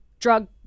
Drug